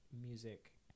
music